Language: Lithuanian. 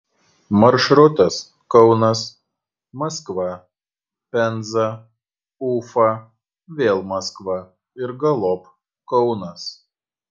maršrutas kaunas maskva penza ufa vėl maskva ir galop kaunas